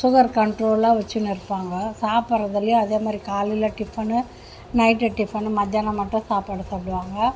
sugar கண்ட்ரோலாக வெச்சுணுருப்பாங்க சாப்பிட்றதுலையும் அதேமாதிரி காலையில டிஃபனு நைட்டு டிஃபனு மதியானம் மட்டும் சாப்பாடு சாப்பிடுவாங்க